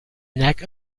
neck